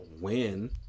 win